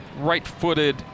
right-footed